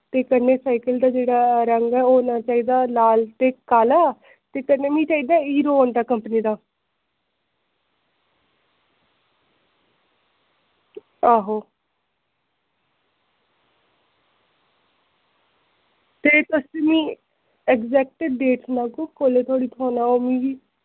ते कन्नै साईकिल दा जेह्ड़ा रंग ऐ ओह् होना चाहिदा लाल ते काला ते कन्नै मिगी चाहिदा हीरो हांडा कंपनी दा आहो ते तुस मिगी एग्जैक्ट डेट सनाह्गे कोल्ले थोड़ी थ्होना ओह् मिगी